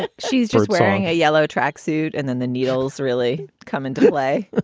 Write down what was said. but she's just wearing a yellow tracksuit and then the needles really come into play.